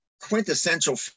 quintessential